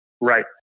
Right